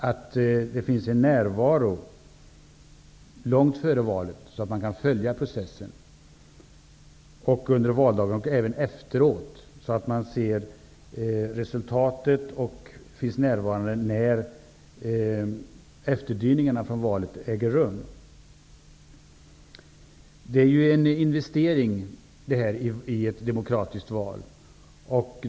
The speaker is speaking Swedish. Det bör finnas en närvaro långt före valet, så att man kan följa processen. Man bör även följa den efteråt då man ser resultatet och finnas närvarande när efterdyningarna efter valet kommer. Detta är en investering i ett demokratiskt val.